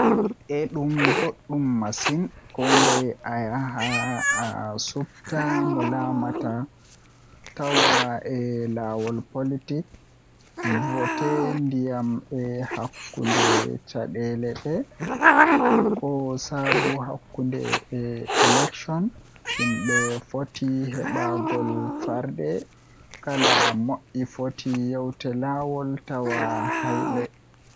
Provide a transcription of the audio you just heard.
Eh ɗum boɗɗum masin kondei ayaha asupta mo laamata ma Tawa e laawol politik, vote ndiyam e hakkunde caɗeele ɓe. Ko sabu hakkunde e election, yimɓe foti heɓugol farɗe, kala moƴƴi foti yewtude laawol tawa hayɓe.